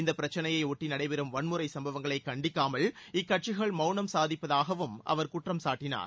இந்தப் பிரச்சினையை ஒட்டி நடைபெறும் வன்முறைச் சம்பவங்களை கண்டிக்காமல் இக்கட்சிகள் மௌனம் சாதிப்பதாகவும் அவர் குற்றம் சாட்டினார்